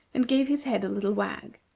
and gave his head a little wag.